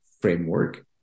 framework